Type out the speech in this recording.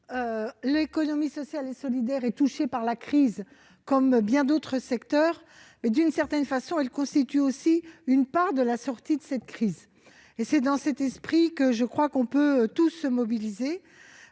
L'économie sociale et solidaire est touchée par la crise, comme bien d'autres secteurs. Mais, d'une certaine façon, elle constitue une voie de sortie de cette crise. C'est dans cet esprit, je le crois, que nous pouvons tous nous mobiliser.